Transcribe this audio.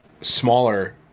smaller